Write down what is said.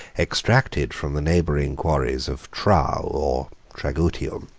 extracted from the neighboring quarries of trau, or tragutium,